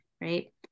Right